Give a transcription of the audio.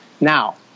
now